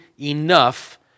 enough